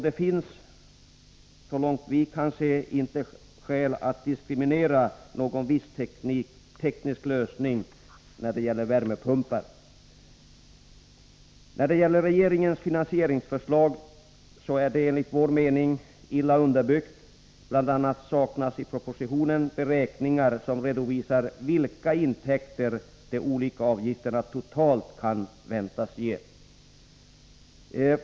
Det finns så långt vi kan se inte skäl att diskriminera någon viss teknisk lösning när det gäller värmepumpar. När det gäller regeringens finansieringsförslag är det enligt vår mening illa underbyggt. Bl. a. saknas i propositionen beräkningar som redovisar vilka intäkter de olika avgifterna totalt kan väntas ge.